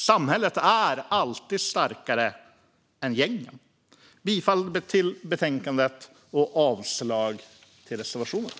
Samhället är alltid starkare än gängen. Jag yrkar bifall till utskottets förslag i betänkandet och avslag på reservationerna.